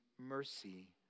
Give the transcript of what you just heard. mercy